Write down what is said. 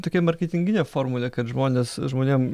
tokia marketinginė formulė kad žmonės žmonėm